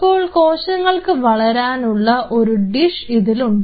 അപ്പോൾ കോശങ്ങൾക്ക് വളരാനുള്ള ഒരു ഡിഷ് ഇതിലുണ്ട്